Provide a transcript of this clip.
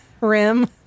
rim